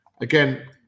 again